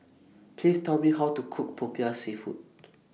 Please Tell Me How to Cook Popiah Seafood